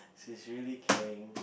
she's really caring